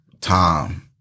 time